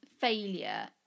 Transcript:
failure